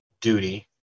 duty